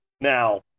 Now